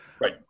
right